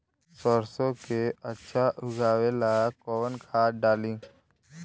सरसो के अच्छा उगावेला कवन खाद्य डाली?